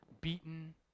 beaten